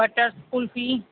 butter kulfi